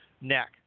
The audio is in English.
neck